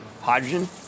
hydrogen